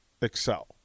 excel